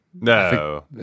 no